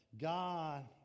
God